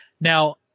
Now